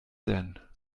denn